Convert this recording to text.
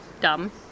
dumb